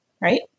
right